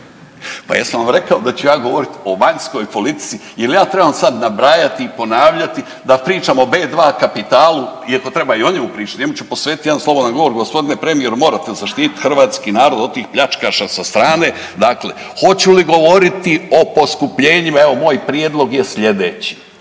Pa jesam vam rekao da ću ja govoriti o vanjskoj politici, je li ja trebam sad nabrajati i ponavljati da pričam o B2 Kapitalu, i ako treba i o njemu pričati, njemu ću posvetiti jedan slobodan govor. G. premijeru, morate zaštiti hrvatski narod od tih pljačkaša sa strane. Dakle, hoću li govoriti o poskupljenjima, evo, moj prijedlog je sljedeći.